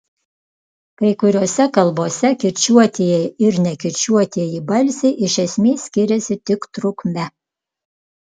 kai kuriose kalbose kirčiuotieji ir nekirčiuotieji balsiai iš esmės skiriasi tik trukme